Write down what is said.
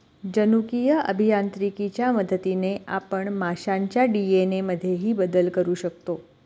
जनुकीय अभियांत्रिकीच्या मदतीने आपण माशांच्या डी.एन.ए मध्येही बदल करू शकतो